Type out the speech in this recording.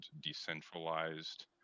decentralized